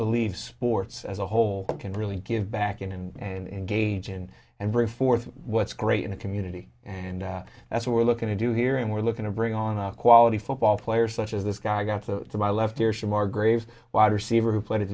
believe sports as a whole can really give back in and engage in and bring forth what's great in the community and that's what we're looking to do here and we're looking to bring on our quality football players such as this guy got to my left here should margrave's wide receiver who played at